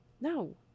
No